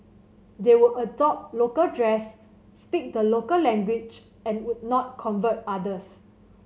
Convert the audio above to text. they would adopt local dress speak the local language and would not convert others